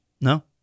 No